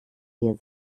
hier